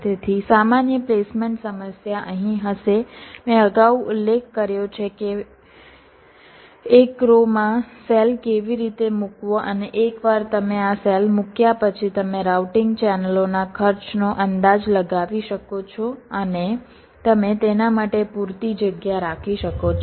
તેથી સામાન્ય પ્લેસમેન્ટ સમસ્યા અહીં હશે મેં અગાઉ ઉલ્લેખ કર્યો છે કે એક રો માં સેલ કેવી રીતે મૂકવો અને એકવાર તમે આ સેલ મૂક્યા પછી તમે રાઉટિંગ ચેનલોના ખર્ચનો અંદાજ લગાવી શકો છો અને તમે તેના માટે પૂરતી જગ્યા રાખી શકો છો